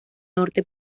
norte